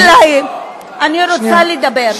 אני רוצה לדבר.